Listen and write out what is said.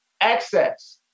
access